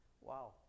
Wow